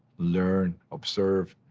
learn. observe.